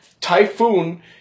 Typhoon